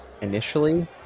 initially